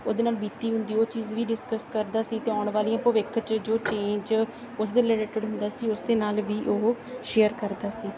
ਉਹਦੇ ਨਾਲ ਬੀਤੀ ਹੁੰਦੀ ਉਹ ਚੀਜ਼ ਵੀ ਡਿਸਕਸ ਕਰਦਾ ਸੀ ਅਤੇ ਆਉਣ ਵਾਲੀਆਂ ਭਵਿੱਖ 'ਚ ਜੋ ਚੇਂਜ ਉਸ ਦੇ ਰਿਲੇਟਿਡ ਹੁੰਦਾ ਸੀ ਉਸ ਦੇ ਨਾਲ ਵੀ ਉਹ ਸ਼ੇਅਰ ਕਰਦਾ ਸੀ